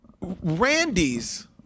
Randy's